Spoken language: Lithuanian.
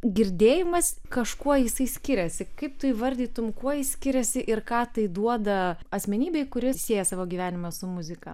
girdėjimas kažkuo jisai skiriasi kaip tu įvardytum kuo jis skiriasi ir ką tai duoda asmenybei kuri sieja savo gyvenimą su muzika